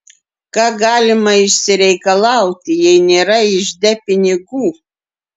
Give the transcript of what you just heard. ką galima išsireikalauti jei nėra ižde pinigų